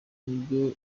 nubwo